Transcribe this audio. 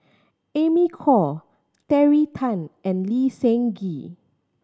Amy Khor Terry Tan and Lee Seng Gee